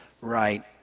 right